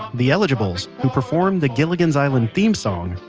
the eligibles, who performed the gilligan's island theme song,